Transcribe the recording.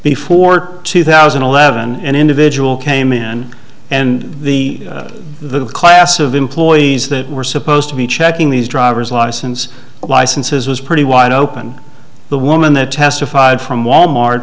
before two thousand and eleven and individual came in and the the class of employees that were supposed to be checking these driver's license licenses was pretty wide open the woman that testified from wal mart